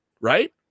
right